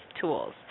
tools